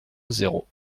zéro